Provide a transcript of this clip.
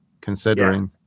considering